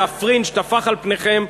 והפרינג' טפח על פניכם,